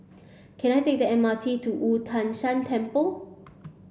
can I take the M R T to Wu Tai Shan Temple